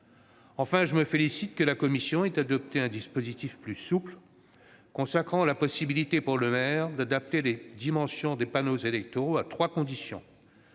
Enfin, je me félicite que la commission ait adopté un dispositif plus souple, consacrant la possibilité pour le maire d'adapter les dimensions des panneaux électoraux, à trois conditions